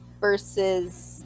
versus